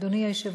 אדוני היושב-ראש,